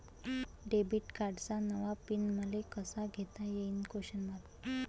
Debit कार्डचा नवा PIN मले कसा घेता येईन?